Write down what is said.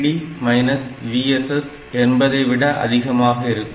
3 என்பதை விட அதிகமாக இருக்கும்